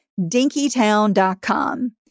dinkytown.com